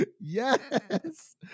yes